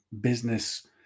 business